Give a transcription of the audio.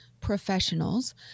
professionals